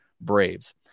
Braves